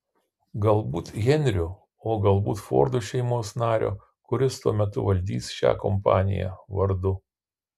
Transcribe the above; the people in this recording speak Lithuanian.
galbūt henriu o galbūt fordų šeimos nario kuris tuo metu valdys šią kompaniją vardu